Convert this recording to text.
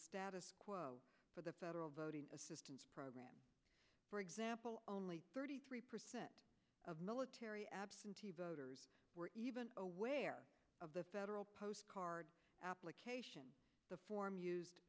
status quo for the federal voting assistance program for example only thirty three percent of military absentee voters were aware of the federal post card application form used